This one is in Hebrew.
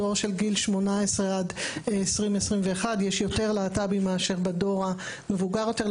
בדור של גיל 18 עד 20-21 יש יותר להט"בים מאשר בדור המבוגר יותר.